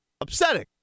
upsetting